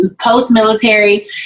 post-military